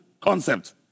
concept